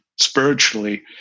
spiritually